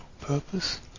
Purpose